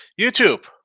YouTube